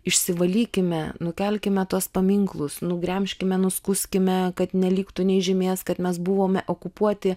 išsivalykime nukelkime tuos paminklus nugremžkite nuskuskime kad neliktų nė žymės kad mes buvome okupuoti